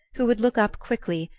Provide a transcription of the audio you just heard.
who would look up quickly,